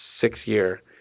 six-year